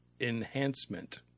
enhancement